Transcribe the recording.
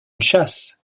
chasse